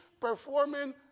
performing